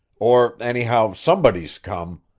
or, anyhow, somebody's come.